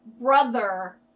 brother